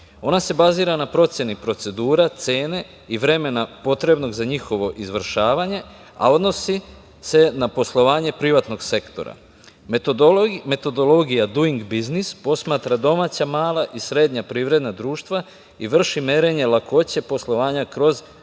Ona se bazira na proceni procedura, cene i vremena potrebnog za njihovo izvršavanje, a odnosi se na poslovanje privatnog sektora. Metodologija Duing biznis posmatra domaća, mala i srednja privredna društva i vrši merenje lakoće poslovanja kroz